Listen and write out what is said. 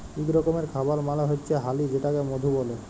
ইক রকমের খাবার মালে হচ্যে হালি যেটাকে মধু ব্যলে